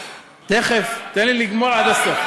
תכף תן לי לגמור עד הסוף.